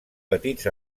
petits